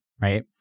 right